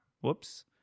Whoops